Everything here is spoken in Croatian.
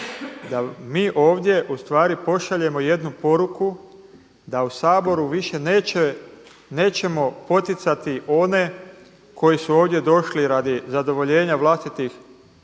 mi ovdje ustvari pošaljemo jednu poruku da u Saboru više nećemo poticati one koji su ovdje došli radi zadovoljenja vlastitih